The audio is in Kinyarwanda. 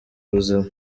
buzima